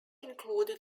included